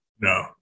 No